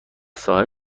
ساحل